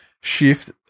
shift